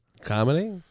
Comedy